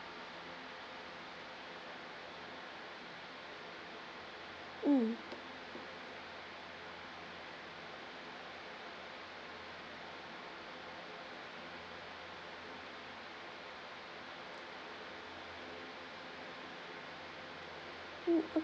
mm mm o~